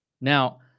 Now